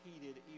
heated